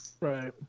Right